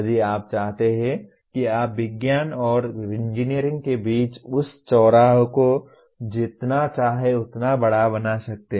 यदि आप चाहते हैं कि आप विज्ञान और इंजीनियरिंग के बीच उस चौराहे को जितना चाहें उतना बड़ा बना सकते हैं